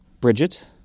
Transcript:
Bridget